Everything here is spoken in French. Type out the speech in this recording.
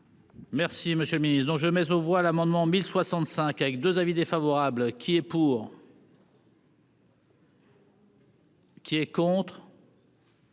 Merci, monsieur le Ministre, dont je mais aux voix l'amendement 1065 avec 2 avis défavorable qui est pour. Qui est contre.